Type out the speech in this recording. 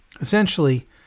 Essentially